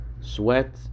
sweat